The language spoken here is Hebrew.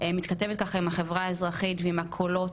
מתכתבת ככה עם החברה האזרחית ועם הקולות,